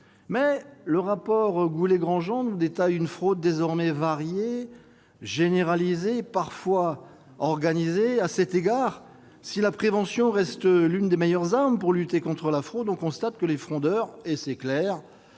que le rapport Goulet-Grandjean décrit une fraude désormais variée, généralisée, parfois organisée. À cet égard, si la prévention reste l'une des meilleures armes pour lutter contre la fraude, les fraudeurs sont de plus